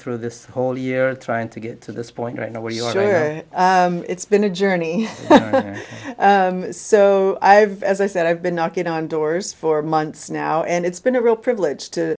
through this whole year trying to get to this point right now where yeah it's been a journey so i have as i said i've been knocking on doors for months now and it's been a real privilege to